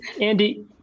Andy